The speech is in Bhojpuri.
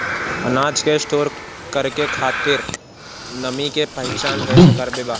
अनाज के स्टोर करके खातिर नमी के पहचान कैसे करेके बा?